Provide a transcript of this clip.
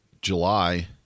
July